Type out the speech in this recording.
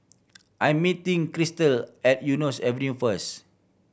I am meeting Christel at Eunos Avenue first